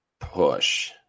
push